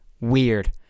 Weird